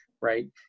right